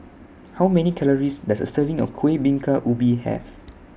How Many Calories Does A Serving of Kuih Bingka Ubi Have